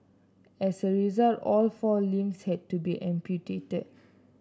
as a result all four limbs had to be amputated